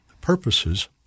purposes